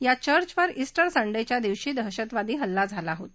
या चर्च वर इंटर संडच्छा दिवशी दहशतवादी हल्ला झाला होता